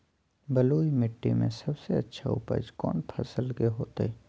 बलुई मिट्टी में सबसे अच्छा उपज कौन फसल के होतय?